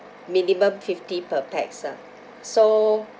minimum fifty per pax ah so